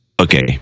Okay